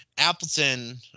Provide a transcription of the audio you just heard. Appleton